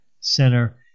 Center